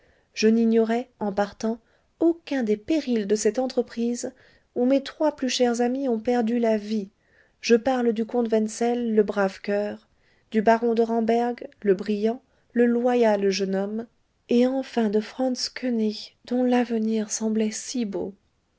je n'ignorais en partant aucun des périls de cette entreprise ou mes trois plus chers amis ont perdu la vie je parle du comte wenzel le brave coeur du baron de ramberg le brillant le loyal jeune homme et enfin de franz koënig dont l'avenir semblait si beau